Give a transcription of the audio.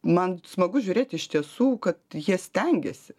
man smagu žiūrėt iš tiesų kad jie stengiasi